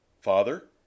Father